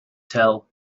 tell